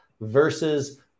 versus